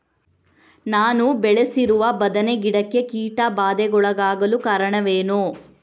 ನಾನು ಬೆಳೆಸಿರುವ ಬದನೆ ಗಿಡಕ್ಕೆ ಕೀಟಬಾಧೆಗೊಳಗಾಗಲು ಕಾರಣವೇನು?